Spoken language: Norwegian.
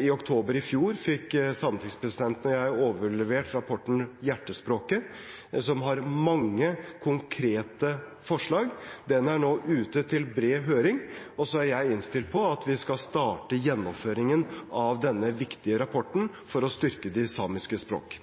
I oktober i fjor fikk sametingspresidenten og jeg overlevert rapporten Hjertespråket, som har mange konkrete forslag. Den er nå ute på bred høring. Jeg er innstilt på at vi skal starte gjennomføringen av denne viktige rapporten for å styrke de samiske språk.